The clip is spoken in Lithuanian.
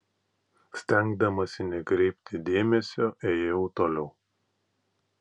stengdamasi nekreipti dėmesio ėjau toliau